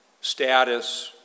status